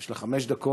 יש לך חמש דקות